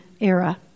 era